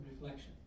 reflection